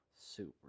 Super